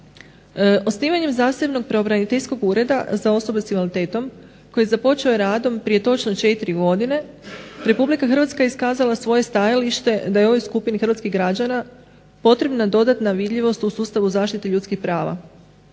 Osnivanjem zasebnog pravobraniteljskog Ureda za osobe s invaliditetom koji je započeo s radom prije točno 4 godine RH je iskazala svoje stajalište da i ovoj skupini hrvatskih građana potrebna dodatna vidljivost u sustavu zaštite ljudskih prava.